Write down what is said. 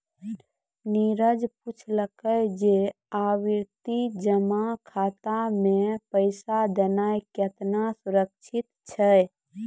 नीरज पुछलकै जे आवर्ति जमा खाता मे पैसा देनाय केतना सुरक्षित छै?